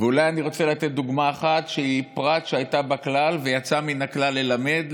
ואני רוצה לתת דוגמה אחת שהיא פרט שהייתה בכלל ויצאה מן הכלל ללמד,